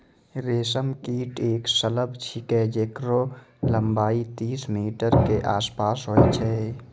रेशम कीट एक सलभ छिकै जेकरो लम्बाई तीस मीटर के आसपास होय छै